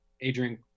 Adrian